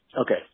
Okay